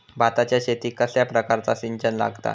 भाताच्या शेतीक कसल्या प्रकारचा सिंचन लागता?